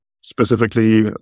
specifically